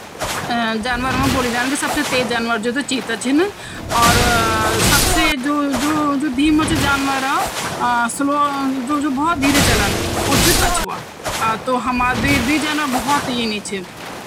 अगर आपन भौतिक विज्ञान यानी फिजिक्स पढ्यीं चि त तेमा एक शब्द सूणी व्होलु विद्युत चुंबकीय विकिरण यानी इलेक्ट्रो मैग्नेटिक रेडिएशन। ज्वो माइक्रोवेव ओवन ह्वंद स्वो ते ही प्रक्रिया मां काम करद। जे से भोजन ज्वो रौंद तेमा ओवन का भितर, स्वो हर एक चीज मतलब भोजन का छ्वोटा छ्वोटा अणुओं ते भि गरम कर द्योंद, जे से भोजन क्या व्हंद भितर बे भेर तक पूरा तरीका से गरम ह्वे जंद।